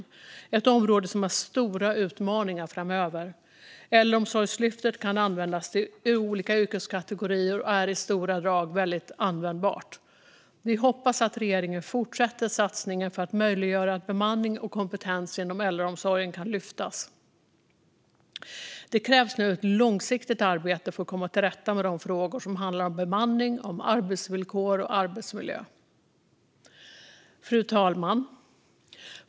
Det är ett område som har stora utmaningar framöver. Äldreomsorgslyftet kan användas till olika yrkeskategorier och är i stora drag väldigt användbart. Vi hoppas att regeringen fortsätter satsningen för att möjliggöra att bemanning och kompetens inom äldreomsorgen kan lyftas. Det krävs ett långsiktigt arbete för att komma till rätta med de frågor som handlar om bemanning, arbetsvillkor och arbetsmiljö. Fru talman!